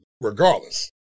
regardless